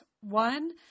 One